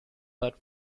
but